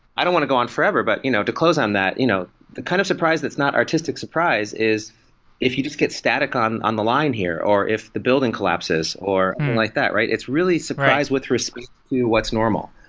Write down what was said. i don't want to go on forever. but you know to close on that, you know the kind of surprise that's not artistic surprise is if you just get static on on the line here or if the building collapses, or like that. it's really surprise with respect to what's normal.